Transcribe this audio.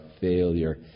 failure